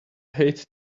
hate